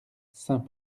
saint